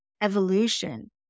evolution